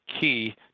key